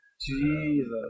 Jesus